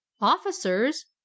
officers